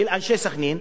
של אנשי סח'נין,